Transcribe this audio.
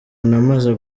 namaze